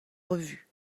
revue